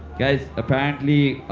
guys, apparently